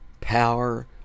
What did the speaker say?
power